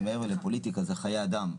זה מעבר לפוליטיקה זה חיי אדם.."